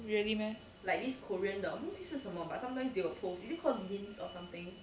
really meh